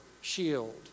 shield